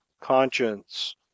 conscience